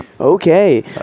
Okay